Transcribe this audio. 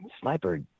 sniper